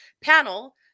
panel